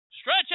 stretch